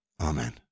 Amen